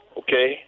okay